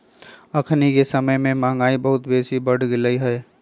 अखनिके समय में महंगाई बहुत बेशी बढ़ गेल हइ